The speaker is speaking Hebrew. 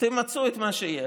תמצו את מה שיש.